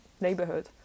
neighborhood